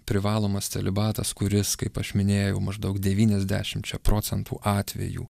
privalomas celibatas kuris kaip aš minėjau maždaug devyniasdešimčia procentų atvejų